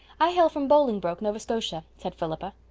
i hail from bolingbroke, nova scotia, said philippa.